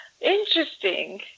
Interesting